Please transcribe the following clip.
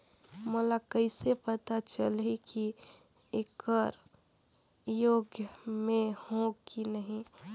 मोला कइसे पता चलही की येकर योग्य मैं हों की नहीं?